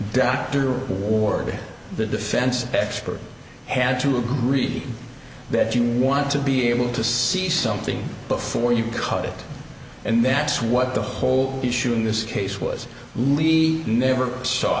dr ward the defense expert had to agree that you want to be able to see something before you cut it and that's what the whole issue in this case was lee never saw